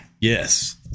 Yes